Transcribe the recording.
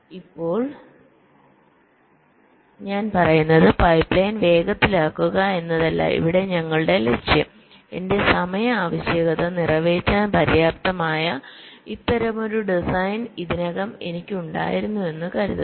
ഇപ്പോൾ ഞാൻ പറയുന്നത് പൈപ്പ് ലൈൻ വേഗത്തിലാക്കുക എന്നതല്ല ഇവിടെ ഞങ്ങളുടെ ലക്ഷ്യം എന്റെ സമയ ആവശ്യകത നിറവേറ്റാൻ പര്യാപ്തമായ ഇത്തരമൊരു ഡിസൈൻ ഇതിനകം എനിക്കുണ്ടായിരുന്നുവെന്ന് കരുതുക